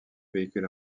véhicule